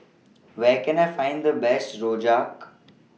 Where Can I Find The Best Rojak